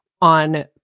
on